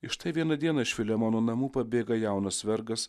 ir štai vieną dieną iš filemono namų pabėga jaunas vergas